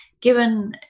given